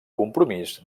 compromís